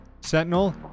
sentinel